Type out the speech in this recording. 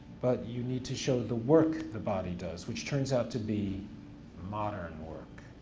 but you need to show the work the body does, which turns out to be modern work.